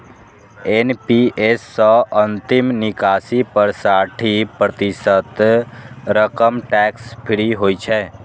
NPS सं अंतिम निकासी पर साठि प्रतिशत रकम टैक्स फ्री होइ छै